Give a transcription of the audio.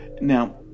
Now